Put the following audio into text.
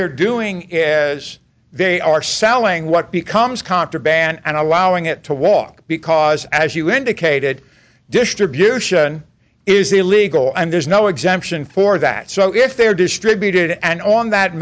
they're doing is they are selling what becomes contraband and allowing it to walk because as you indicated distribution is illegal and there's no exemption for that so if they're distributed and on that